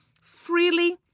freely